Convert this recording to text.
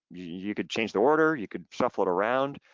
you could change the order, you could shuffle around.